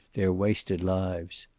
their wasted lives.